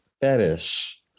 fetish